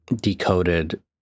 decoded